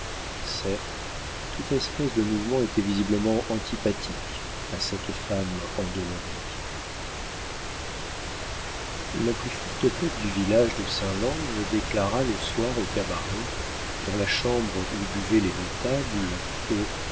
certes toute espèce de mouvement était visiblement antipathique à cette femme endolorie la plus forte tête du village de saint lange déclara le soir au cabaret dans la chambre où buvaient les notables que